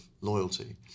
loyalty